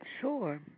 Sure